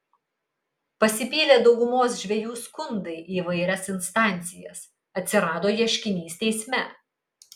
pasipylė daugumos žvejų skundai į įvairias instancijas atsirado ieškinys teisme